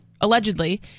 allegedly